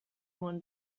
one